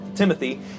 Timothy